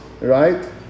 Right